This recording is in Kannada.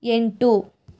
ಎಂಟು